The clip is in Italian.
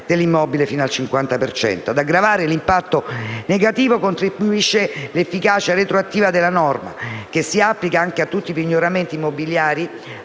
dell'immobile fino al cinquanta per cento. Ad aggravare l'impatto negativo contribuisce l'efficacia retroattiva della norma che si applica anche a tutti i pignoramenti immobiliari